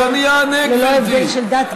ללא הבדל של דת,